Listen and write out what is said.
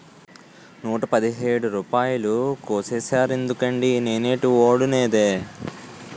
నూట పదిహేడు రూపాయలు కోసీసేరెందుకండి నేనేటీ వోడనేదే